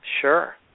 Sure